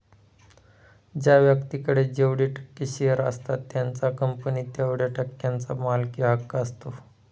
ज्या व्यक्तीकडे जेवढे टक्के शेअर असतात त्याचा कंपनीत तेवढया टक्क्यांचा मालकी हक्क असतो